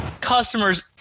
customers